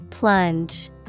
plunge